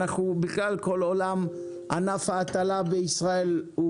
אנחנו בכלל כל עולם ענף ההטלה בישראל הוא